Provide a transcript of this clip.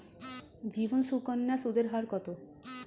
জীবন সুকন্যা সুদের হার কত?